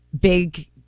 Big